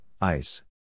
ice